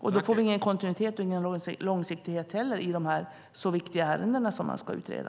Då får vi ingen kontinuitet och ingen långsiktighet heller i de här så viktiga ärendena som man ska utreda.